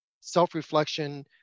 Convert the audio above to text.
self-reflection